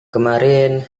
kemarin